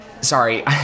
Sorry